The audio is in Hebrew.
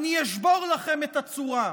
אני אשבור לכם את הצורה".